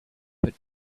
had